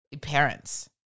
parents